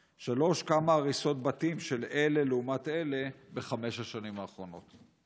3. כמה הריסות בתים של אלה לעומת אלה היו בחמש השנים האחרונות?